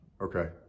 Okay